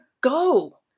go